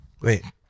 Wait